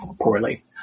poorly